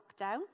lockdown